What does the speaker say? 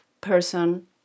person